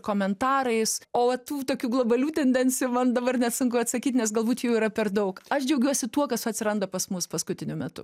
komentarais o tų tokių globalių tendencijų man dabar net sunku atsakyt nes galbūt jų yra per daug aš džiaugiuosi tuo kas atsiranda pas mus paskutiniu metu